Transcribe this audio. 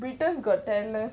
britain's got talent